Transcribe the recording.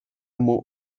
amo